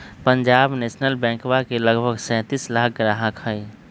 Punjab national बैंकवा के लगभग सैंतीस लाख ग्राहक हई